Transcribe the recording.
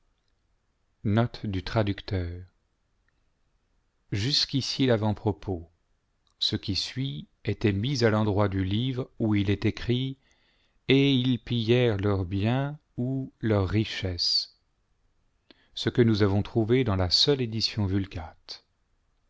jusqu'ici l'avant-propos ce qui suit était mis à l'endroit du livre où il est écrit et ils pillèrent leurs biens ou leurs richesses ce que nous avons trouvé dans la seule édition